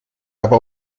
aber